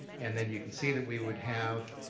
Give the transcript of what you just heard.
and then you can see that we would have